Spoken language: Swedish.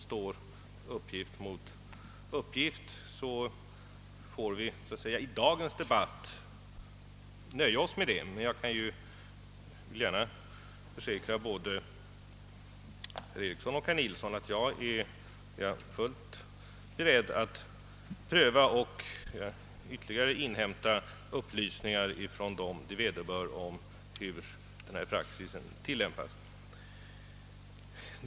Står uppgift mot uppgift, så får vi i dagens debatt nöja oss med det. Jag vill emellertid gärna försäkra herr Eriksson i Bäckmora och herr Nilsson i Tvärålund att jag är beredd att pröva frågan och inhämta ytterligare uplysningar från dem det vederbör om hur praxis tillämpas.